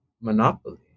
monopoly